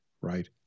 right